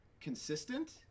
consistent